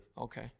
Okay